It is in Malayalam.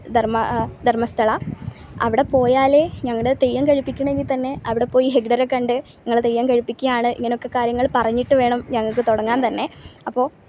ധർമ്മ ധർമ്മസ്ഥല അവിടെ പോയാൽ ഞങ്ങളുടെ തെയ്യം കഴിപ്പിക്കണമെങ്കിൽ തന്നെ അവിടെ പോയി ഹെഗ്ദറെ കണ്ട് ഞങ്ങൾ തെയ്യം കഴിപ്പിക്കുകയാണ് ഇങ്ങനൊക്കെ കാര്യങ്ങൾ പറഞ്ഞിട്ട് വേണം ഞങ്ങൾക്ക് തുടങ്ങാൻ തന്നെ അപ്പോൾ